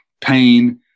pain